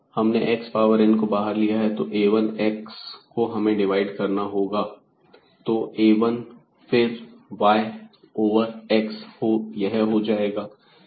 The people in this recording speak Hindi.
हमने x पावर n को बाहर ले लिया है तो a1 x को हमें डिवाइड करना होगा तो a 1 और फिर y ओवर x यह हो जाएगा